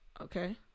Okay